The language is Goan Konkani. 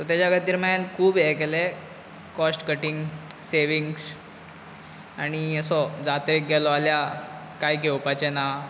सो तेज्या खातीर हांवें खूब हें केलें कॉस्ट कटींग सेवींग्स आनी असो जात्रेक गेलो जाल्यार कांय घेवपाचें ना